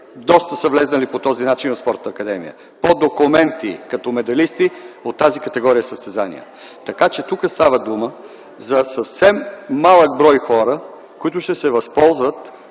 са влезли по този начин в Спортната академия – по документи като медалисти от тази категория състезания. Тук става дума за съвсем малък брой хора, които ще се възползват